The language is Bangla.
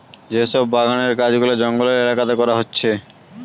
যে সব বাগানের কাজ গুলা জঙ্গলের এলাকাতে করা হচ্ছে